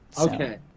okay